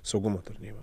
saugumo tarnyba